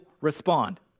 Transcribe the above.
respond